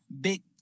big